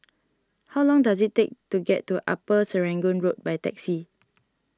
how long does it take to get to Upper Serangoon Road by taxi